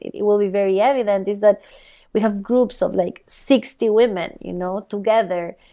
it will be very evident is that we have groups of like sixty women you know together,